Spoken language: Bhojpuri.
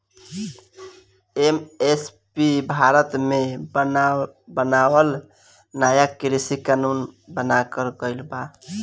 एम.एस.पी भारत मे बनावल नाया कृषि कानून बनाकर गइल बा